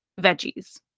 veggies